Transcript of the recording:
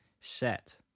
set